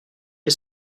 est